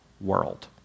world